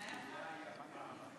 מילה יפה.